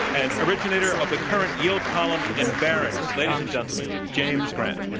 and originator of the current yield column in barrons. ladies and gentlemen, james grant.